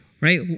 right